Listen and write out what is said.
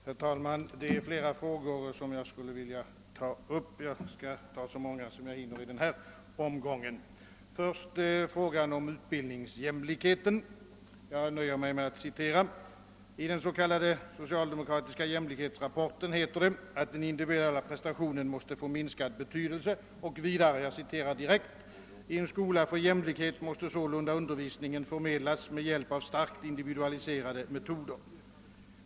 Herr talman! Det är flera frågor som jag skulle vilja ta upp, och jag tar så många jag hinner i denna omgång. För det första tar jag upp frågan om utbildningsjämlikheten. Jag nöjer mig med att konstatera att det i den socialdemokratiska s.k. jämlikhetsrapporten heter, att den individuella prestationen måste få minskad betydelse. Vidare heter det: »I en skola för jämlikhet måste sålunda undervisningen förmedlas med hjälp av starkt individualiserade metoder.